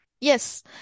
Yes